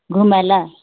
घुमए ला